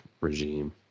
regime